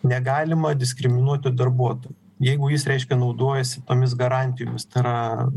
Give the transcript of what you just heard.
negalima diskriminuoti darbuotojo jeigu jis reiškia naudojasi tomis garantijomis tai yra